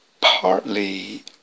partly